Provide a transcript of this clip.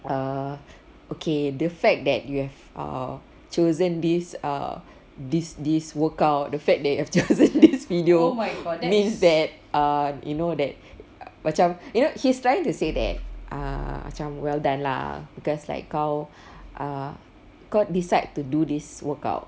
err okay the fact that you have err chosen this err this this workout the fact that you have chosen this video means that err you know that macam you know he's trying to say that err macam well done lah because like kau err kau decides to do this workout